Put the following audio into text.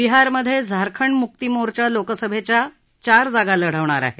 बिहारमधे झारखंड मुक्ती मोर्चा लोकसभेच्या चार जागा लढवणार आहे